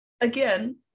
again